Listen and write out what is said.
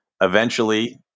Eventually-